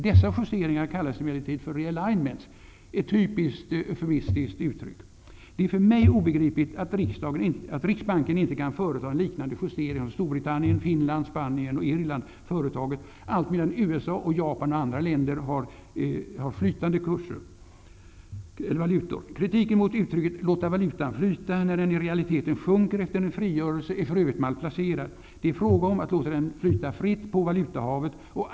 Dessa justeringar kallas emellertid för realignements, ett typiskt eufemistiskt uttryck. Det är för mig obegripligt att Riksbanken inte kan företa en liknande justering som Storbritannien, Finland, Spanien och Irland företagit, allt medan USA, Japan och andra länder har flytande valutor. Kritiken mot uttrycket ''låta valutan flyta'', när den i realiteten sjunker efter en frigörelse, är för övrigt malplacerad. Det är fråga om att låta den flyta fritt på valutahavet.